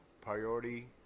Priority